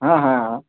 ہاں ہاں ہاں